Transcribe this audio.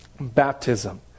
Baptism